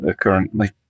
currently